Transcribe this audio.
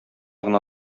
гына